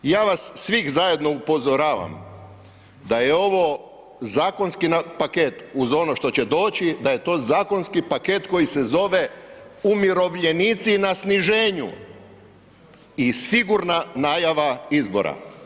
Ja vas svih zajedno upozoravam da je ovo zakonski paket uz ono što će doći, da je to zakonski paket koji se zove umirovljenici na sniženju i sigurna najava izbora.